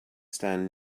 stand